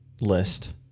list